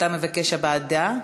אתה מבקש הבעת דעה?